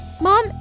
Mom